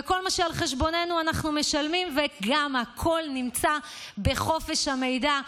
וכל מה שעל חשבוננו אנחנו משלמים וגם הכול נמצא בחופש המידע,